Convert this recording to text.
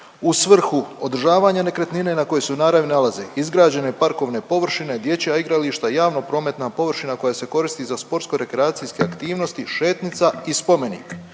u svrhu održavanja nekretnine na kojoj se u naravi nalaze izgrađene parkovne površine, dječja igrališta, javno prometna površina koja se koristi za sportsko rekreacijske aktivnosti, šetnica i spomenik.